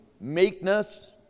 meekness